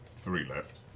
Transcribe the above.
three left.